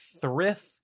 Thrift